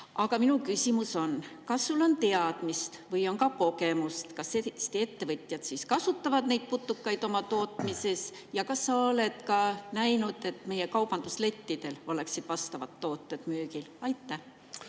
Minu küsimus on: kas sul on teadmist või kogemust, et Eesti ettevõtjad kasutavad putukaid oma tootmises, ja kas sa oled näinud, et meie kaubanduslettidel oleksid vastavad tooted müügil? Aitäh,